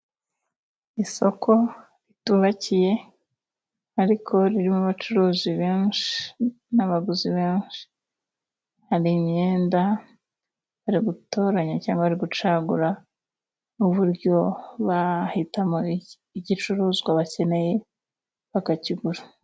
Isoko ritubakiye ariko ririmo abacuruzi benshi n'abaguzi benshi. Hari imyenda bari gutoranya cyangwa gucagura, uburyo bahitamo igicuruzwa bakeneye bakakigura.